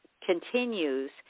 continues